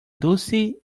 dulce